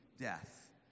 death